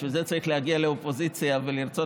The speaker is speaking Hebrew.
בשביל זה צריך להגיע לאופוזיציה ולרצות